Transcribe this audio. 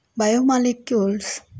Biomolecules